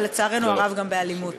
ולצערנו הרבה גם באלימות.